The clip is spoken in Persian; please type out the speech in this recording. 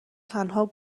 تنها